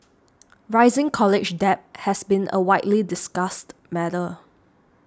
rising college debt has been a widely discussed matter